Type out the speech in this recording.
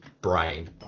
brain